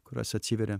kurios atsiveria